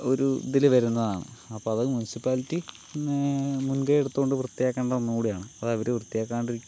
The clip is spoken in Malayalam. ഒരു ഇതില് വരുന്നതാണ് അപ്പോൾ അത് മുൻസിപ്പാലിറ്റി മുൻകൈ എടുത്തുകൊണ്ട് വൃത്തിയാക്കേണ്ട ഒന്നുകൂടിയാണ് അതവര് വൃത്തിയാക്കാണ്ടിരിക്കുമ്പോൾ